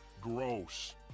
Gross